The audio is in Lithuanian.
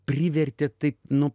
privertė taip nu